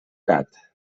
gat